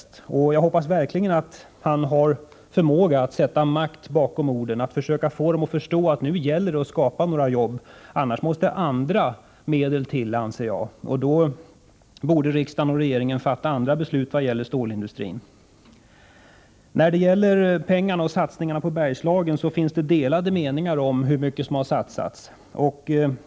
Jag hoppas verkligen att han har förmåga att sätta makt bakom orden och försöker få bolaget att förstå att det nu gäller att skapa jobb. Annars måste andra medel sättas in, och riksdagen och regeringen bör då fatta nya beslut vad gäller stålindustrin. När det gäller satsningarna på Bergslagen finns det delade meningar om hur mycket pengar som har satsats.